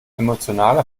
emotionale